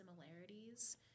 similarities